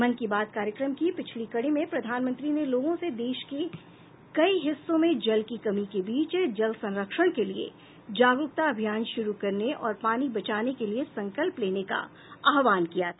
मन की बात कार्यक्रम की पिछली कड़ी में प्रधानमंत्री ने लोगों से देश के कई हिस्सों में जल की कमी के बीच जल संरक्षण के लिए जागरूकता अभियान शुरू करने और पानी बचाने के लिए संकल्प लेने का आह्वान किया था